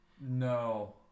No